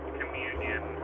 communion